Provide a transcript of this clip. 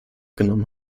genommen